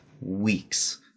weeks